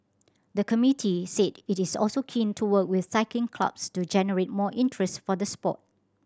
the committee said it is also keen to work with cycling clubs to generate more interest for the sport